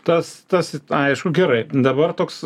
tas tas aišku gerai dabar toks